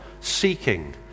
seeking